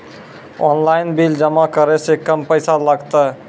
Online bill जमा करै से कम पैसा लागतै?